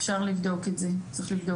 צריך לבדוק את זה.